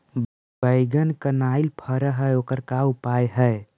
बैगन कनाइल फर है ओकर का उपाय है?